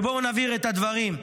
בואו נבהיר את הדברים,